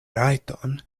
rajton